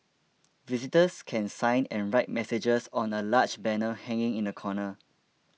visitors can sign and write messages on a large banner hanging in the corner